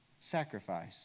sacrifice